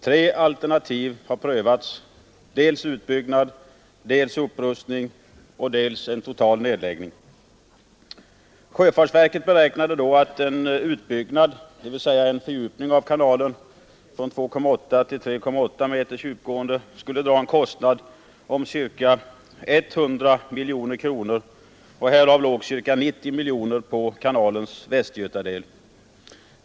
Tre alternativ har prövats: dels utbyggnad, dels upprustning, dels en total nedläggning. Sjöfartsverket beräknade då att en utbyggnad, dvs. en fördjupning av kanalen från 2,8 till 3,8 meters djupgående, skulle dra en kostnad om ca 100 miljoner kronor. Härav låg ca 90 miljoner kronor på kanalens västgötadel.